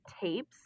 tapes